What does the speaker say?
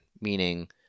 meaning